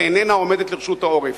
אינה נרכשת, ואיננה עומדת לרשות העורף.